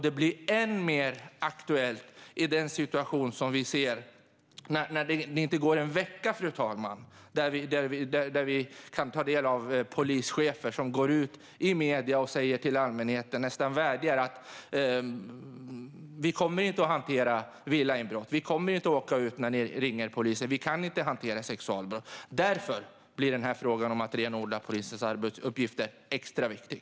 Det blir ännu mer aktuellt i den situation vi ser, när det inte går en vecka utan att vi kan ta del av vad polischefer går ut med i medierna. De säger till allmänheten, nästan vädjande: Vi kommer inte att hantera villainbrott, vi kommer inte att åka ut när ni ringer polisen och vi kan inte hantera sexualbrott. Därför blir frågan om att renodla polisens arbetsuppgifter extra viktig.